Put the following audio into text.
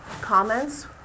Comments